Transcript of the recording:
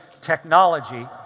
technology